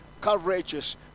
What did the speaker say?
courageous